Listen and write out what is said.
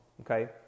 okay